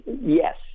Yes